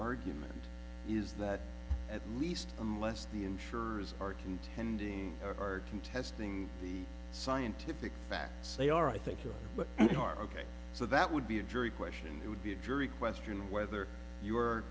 argument is that at least unless the insurers are contending or contesting the scientific facts they are i think you are ok so that would be a jury question and it would be a jury question whether you were